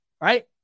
right